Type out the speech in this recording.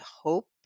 hope